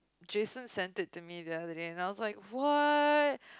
Jason sent it to me the other day then I was like what